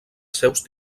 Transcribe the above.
seus